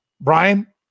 Brian